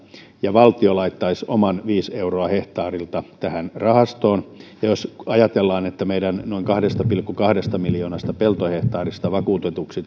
ja valtio laittaisi oman viisi euroa hehtaarilta tähän rahastoon jos ajatellaan että meidän noin kahdesta pilkku kahdesta miljoonasta peltohehtaarista vakuutetuksi